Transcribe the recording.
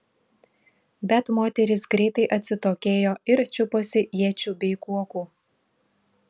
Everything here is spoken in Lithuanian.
bet moterys greitai atsitokėjo ir čiuposi iečių bei kuokų